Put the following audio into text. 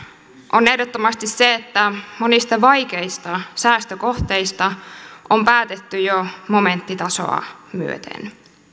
on ehdottomasti se että monista vaikeista säästökohteista on päätetty jo momenttitasoa myöten